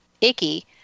icky